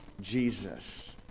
Jesus